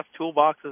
toolboxes